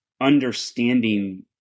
understanding